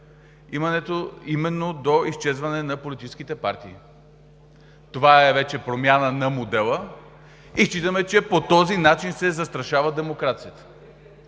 доведе именно до изчезване на политическите партии. Това е вече промяна на модела и считаме, че по този начин се застрашава демокрацията.